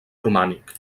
romànic